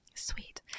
sweet